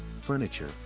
furniture